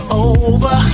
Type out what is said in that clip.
over